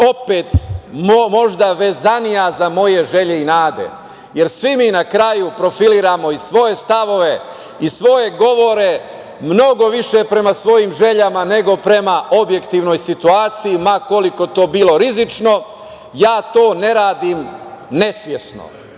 opet, možda vezanija za moje želje i nade, jer svi mi na kraju profiliramo i svoje stavove i svoje govore mnogo više prema svojim željama nego prema objektivnoj situaciji, ma koliko to bilo rizično. Ja to ne radim nesvesno,